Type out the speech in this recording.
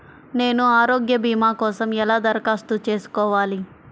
నేను ఆరోగ్య భీమా కోసం ఎలా దరఖాస్తు చేసుకోవాలి?